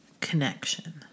connection